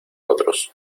otros